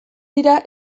dira